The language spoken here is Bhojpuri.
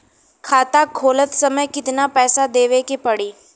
खाता खोलत समय कितना पैसा देवे के पड़ी?